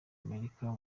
amerika